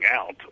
out